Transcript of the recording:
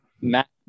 matt